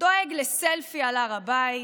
דואג לסלפי על הר הבית,